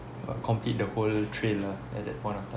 what complete the whole trail lah at that point of time